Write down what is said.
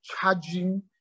charging